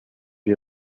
die